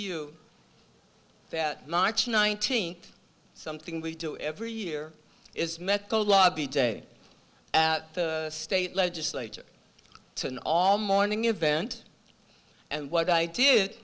you that march nineteenth something we do every year is met the lobby day at the state legislature to an all morning event and what i did